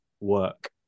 work